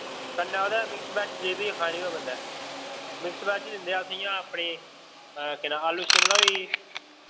कन्नै ओह्दै mix veg जे बी खानी हो बंदै मिक्स वैज दिंदे अस इयां अपने केह् नां आलू शिमला होई गेई